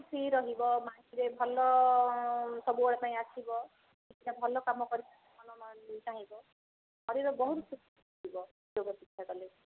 ଫୁର୍ତ୍ତି ରହିବ ଭଲ ସବୁବେଳ ପାଇଁ ଆସିବ କିଛିଟା ଭଲ କାମ କରିବ ଶରୀର ବହୁତ ସୁସ୍ଥ ରହିବ ଯୋଗ ଶିକ୍ଷା କଲେ